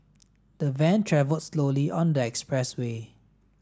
the van travelled slowly on the expressway